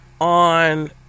on